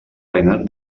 veïnat